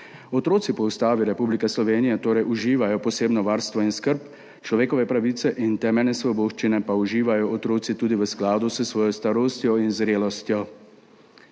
Otroci po Ustavi Republike Slovenije torej uživajo posebno varstvo in skrb, človekove pravice in temeljne svoboščine pa uživajo otroci tudi v skladu s svojo starostjo in zrelostjo.